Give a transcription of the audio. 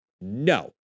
No